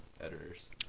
editors